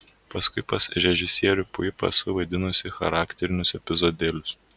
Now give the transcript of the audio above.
paskui pas režisierių puipą esu vaidinusi charakterinius epizodėlius